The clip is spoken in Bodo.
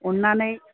अन्नानै